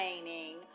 training